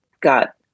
got